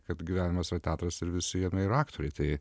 kad gyvenimas teatras ir visi jame yra aktoriai tai